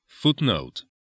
Footnote